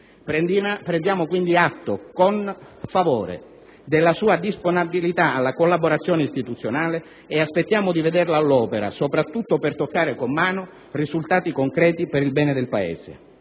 Prendiamo quindi atto con favore della sua disponibilità alla collaborazione istituzionale e aspettiamo di vederla all'opera, soprattutto per toccare con mano risultati concreti per il bene del Paese.